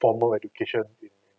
formal education in in